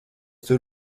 tur